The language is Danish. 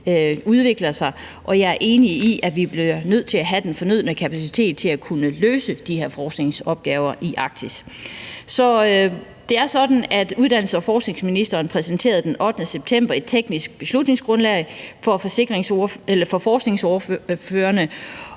udvikler sig, og jeg er enig i, at vi bliver nødt til at have den fornødne kapacitet til at kunne løse de her forskningsopgaver i Arktis. Så det er sådan, at uddannelses- og forskningsministeren den 8. september præsenterede et teknisk beslutningsgrundlag for forskningsordførerne,